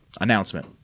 announcement